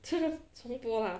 重播 ah